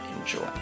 enjoy